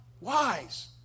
wise